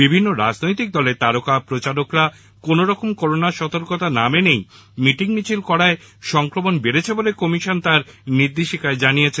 বিভিন্ন রাজনৈতিক দলের তারকা প্রচারকরা কোনরকম করোনা সতর্কতা না মেনেই মিটিং মিছিল করায় সংক্রমণ বেড়েছে বলে কমিশন তার নির্দেশিকায় জানিয়েছে